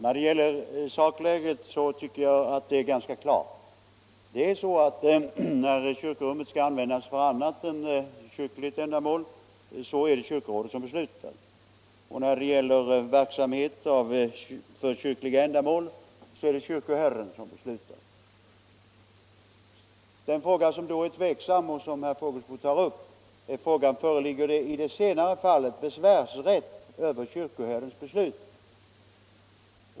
Fru talman! Jag tycker sakläget är ganska klart. När kyrkorummet skall användas för annat än kyrkligt ändamål är det kyrkorådet som beslutar, och när det gäller verksamhet för kyrkliga ändamål är det kyrkoherden som beslutar. Den fråga som då är tveksam och som herr Fågelsbo tar upp är den om det föreligger besvärsrätt i det senare fallet över kyrkoherdens beslut.